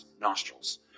nostrils